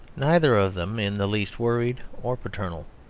neither of them in the least worried or paternal.